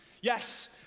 yes